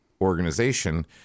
organization